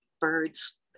birds